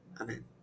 Amen